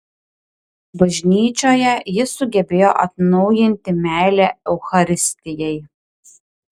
bažnyčioje jis sugebėjo atnaujinti meilę eucharistijai